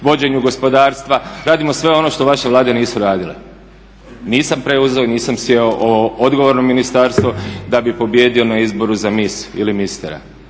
vođenju gospodarstva. Radimo sve ono što vaše vlade nisu radile. Nisam preuzeo i nisam sjeo u ovo odgovorno ministarstvo da bi pobijedio na izboru za mis ili mistera,